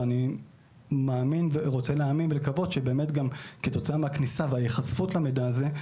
ואני רוצה להאמין ולקוות שכתוצאה מהכניסה וההיחשפות למידע הזה,